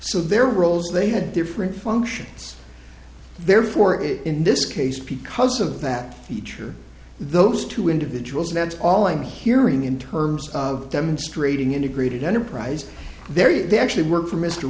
so their roles they had different functions therefore it in this case because of that feature those two individuals that's all i'm hearing in terms of demonstrating integrated enterprise there yet they actually work for m